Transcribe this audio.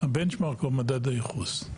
הבנצ'מארק או מדד הייחוס.